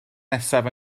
nesaf